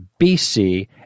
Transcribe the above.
BC